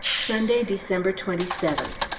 sunday, december twenty seventh.